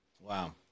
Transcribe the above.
Wow